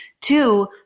Two